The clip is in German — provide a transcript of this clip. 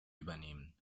übernehmen